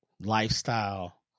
lifestyle